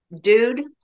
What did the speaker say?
dude